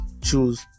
choose